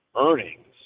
earnings